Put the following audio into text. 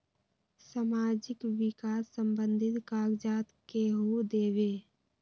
समाजीक विकास संबंधित कागज़ात केहु देबे?